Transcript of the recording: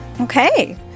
Okay